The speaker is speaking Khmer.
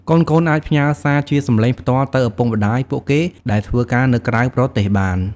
កូនៗអាចផ្ញើសារជាសម្លេងផ្ទាល់ទៅឪពុកម្ដាយពួកគេដែលធ្វើការនៅក្រៅប្រទេសបាន។